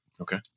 Okay